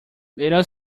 middle